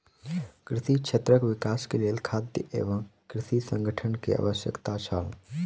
कृषि क्षेत्रक विकासक लेल खाद्य एवं कृषि संगठन के आवश्यकता छल